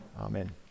amen